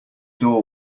door